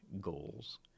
goals